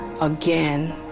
again